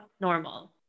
normal